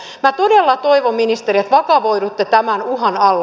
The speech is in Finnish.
minä todella toivon ministeri että vakavoidutte tämän uhan alla